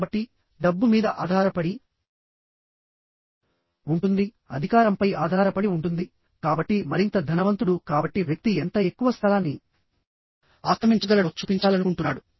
కాబట్టి డబ్బు మీద ఆధారపడి ఉంటుందిఅధికారంపై ఆధారపడి ఉంటుంది కాబట్టి మరింత ధనవంతుడుకాబట్టి వ్యక్తి ఎంత ఎక్కువ స్థలాన్ని ఆక్రమించగలడో చూపించాలనుకుంటున్నాడు